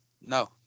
No